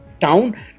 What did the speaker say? town